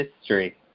history